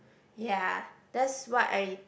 ya that's what I